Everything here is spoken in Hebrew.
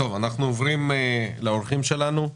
אנחנו עוברים לאורחים שלנו.